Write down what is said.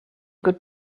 good